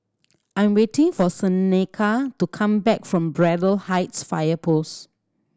I'm waiting for Seneca to come back from Braddell Heights Fire Post